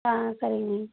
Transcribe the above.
ஆ சரிங்க